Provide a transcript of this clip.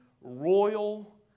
royal